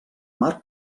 mar